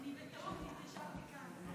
אני בטעות התיישבתי כאן.